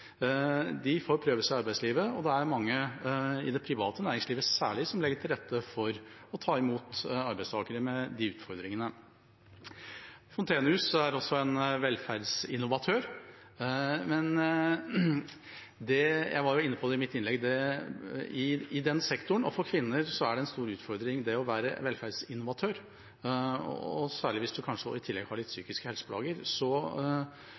De får prøve seg i arbeidslivet, og det er mange i det private næringslivet, særlig, som legger til rette for å ta imot arbeidstakere med de utfordringene. Fontenehus er også en velferdsinnovatør, men – og jeg var inne på det i mitt innlegg – i den sektoren, og for kvinner, er det en stor utfordring å være velferdsinnovatør, særlig hvis en kanskje i tillegg har